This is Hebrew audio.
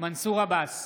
מנסור עבאס,